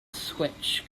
switch